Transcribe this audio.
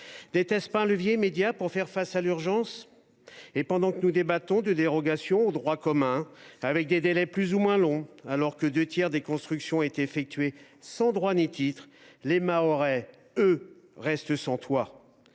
pas là d’un levier immédiat pour faire face à l’urgence ? Et pendant que nous débattons de dérogations au droit commun, que nous prévoyons des délais plus ou moins longs, alors que deux tiers des constructions ont été effectuées sans droit ni titre, les Mahorais, eux, restent sans toit.